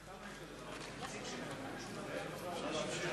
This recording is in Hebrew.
אדוני היושב-ראש,